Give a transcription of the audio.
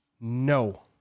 No